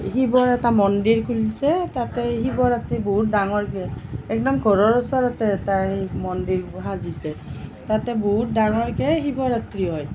শিৱৰ এটা মন্দিৰ খুলিছে তাতে শিৱৰাত্ৰি বহুত ডাঙৰকৈ একদম ঘৰৰ ওচৰতে এটা এই মন্দিৰটো সাঁজিছে তাতে বহুত ডাঙৰকৈ শিৱৰাত্ৰি হয়